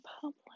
public